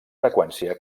freqüència